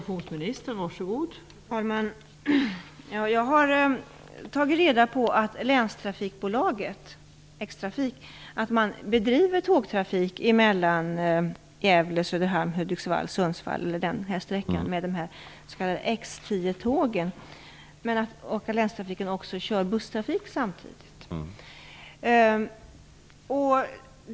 Fru talman! Jag har tagit reda på att länstrafikbolaget, X-Trafik, bedriver tågtrafik på sträckan Gävle tågen och att länstrafikbolaget samtidigt kör busstrafik.